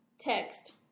Text